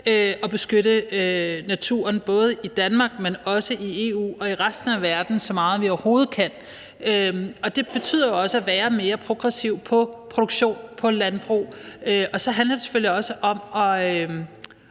at beskytte naturen, både i Danmark, men også i EU og resten af verden, så meget vi overhovedet kan. Det betyder også, at vi skal være mere progressive i forhold til produktion og landbrug. Og så handler det selvfølgelig også om at